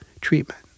treatment